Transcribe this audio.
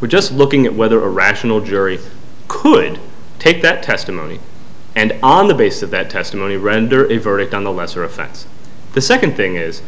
we're just looking at whether a rational jury could take that testimony and on the basis of that testimony render a verdict on a lesser offense the second thing is